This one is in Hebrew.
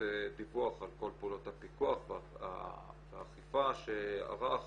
דיווח על כל פעולות הפיקוח והאכיפה שערך